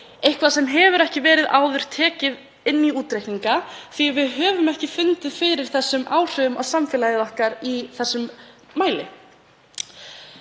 eitthvað sem hefur ekki verið tekið inn í útreikninga áður því við höfum ekki fundið fyrir þessum áhrifum á samfélagið í þessum mæli.